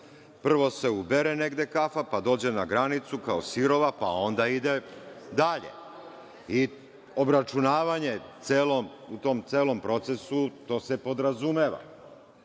Prvo se ubere negde kafa, pa dođe na granicu kao sirova, pa onda ide dalje. Obračunavanje u tom celom procesu, to se podrazumeva